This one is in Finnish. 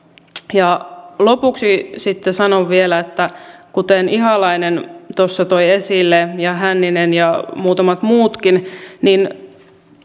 ja lopuksi sitten sanon vielä että kuten ihalainen tuossa toi esille ja hänninen ja muutamat muutkin